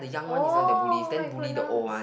oh oh-my-goodness